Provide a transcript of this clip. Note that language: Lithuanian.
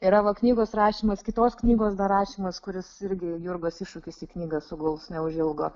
yra va knygos rašymas kitos knygos dar rašymas kuris irgi jurgos iššūkis į knygą suguls neužilgo